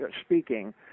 speaking